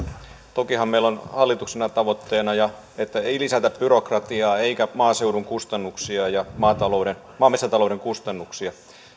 tokihan meillä on hallituksella tavoitteena että ei lisätä byrokratiaa eikä maaseudun kustannuksia ja maa ja metsätalouden kustannuksia